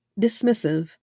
Dismissive